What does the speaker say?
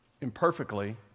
imperfectly